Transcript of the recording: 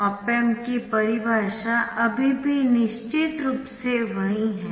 op amp की परिभाषा अभी भी निश्चित रूप से वही है